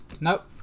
Nope